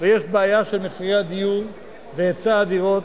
ויש בעיה של מחירי הדיור והיצע הדירות